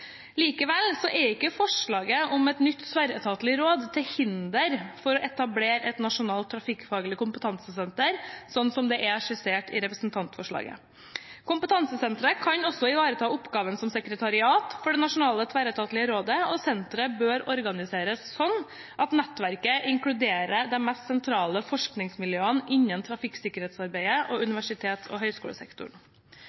Likevel er ikke forslaget om et nytt tverretatlig råd til hinder for å etablere et nasjonalt trafikkfaglig kompetansesenter, slik det er skissert i representantforslaget. Kompetansesenteret kan også ivareta oppgaven som sekretariat for det nasjonale tverretatlige rådet, og senteret bør organiseres slik at nettverket inkluderer de mest sentrale forskningsmiljøene innen trafikksikkerhetsarbeidet og